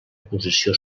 posició